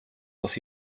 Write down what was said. los